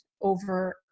over